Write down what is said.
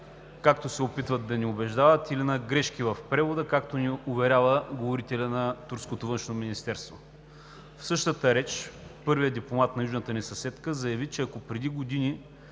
както се опитват да ни убеждават, или на грешки в превода, както ни уверява говорителят на турското външно министерство. В същата реч първият дипломат на южната ни съседка заяви, че ако преди години